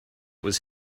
was